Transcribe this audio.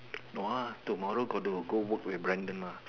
no ah tomorrow got to go work with Brandon mah